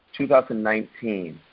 2019